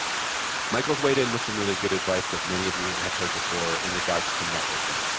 michael's weighed in with some really good advice that many of you have heard before in regards to networking.